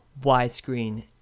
widescreen